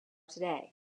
today